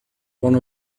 one